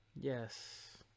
Yes